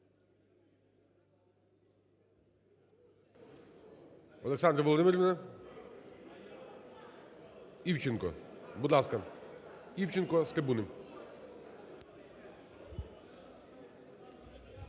Олександра Володимирівна. Івченко. Будь ласка, Івченко з трибуни.